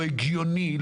לא הגיוני,